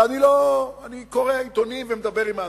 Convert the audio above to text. ואני קורא עיתונים ומדבר עם אנשים,